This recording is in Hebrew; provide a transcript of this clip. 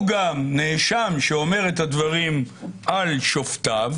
גם נאשם שאומר את הדברים על שופטיו?